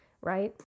right